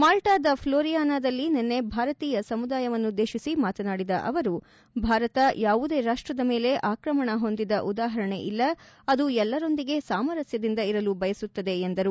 ಮಾಲ್ಟಾದ ಫ್ಲೋರಿಯಾನದಲ್ಲಿ ನಿನ್ನೆ ಭಾರತೀಯ ಸಮುದಾಯವನ್ನುದ್ದೇತಿಸಿ ಮಾತನಾಡಿದ ಅವರು ಭಾರತ ಯಾವುದೇ ರಾಷ್ಟದ ಮೇಲೆ ಆಕ್ರಮಣ ಹೊಂದಿದ ಉದಾಹರಣೆ ಇಲ್ಲ ಅದು ಎಲ್ಲರೊಂದಿಗೆ ಸಾಮರಸ್ಕದಿಂದ ಇರಲು ಬಯಸುತ್ತದೆ ಎಂದರು